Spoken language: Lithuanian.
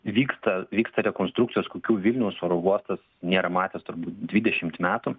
vyksta vyksta rekonstrukcijos kokių vilniaus oro uostas nėra matęs turbūt dvidešimt metų